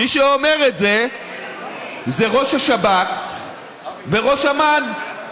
מי שאומר את זה זה ראש השב"כ וראש אמ"ן.